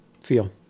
feel